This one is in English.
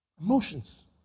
Emotions